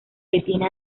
detiene